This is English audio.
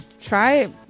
try